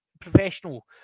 professional